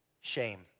shame